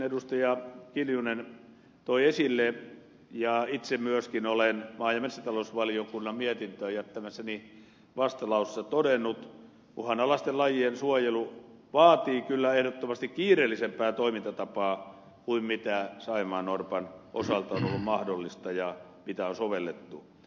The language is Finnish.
anneli kiljunen toi esille ja itse myöskin olen maa ja metsätalousvaliokunnan mietintöön jättämässäni vastalauseessa todennut uhanalaisten lajien suojelu vaatii kyllä ehdottomasti kiireellisempää toimintatapaa kuin saimaannorpan osalta on ollut mahdollista ja mitä on sovellettu